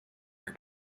her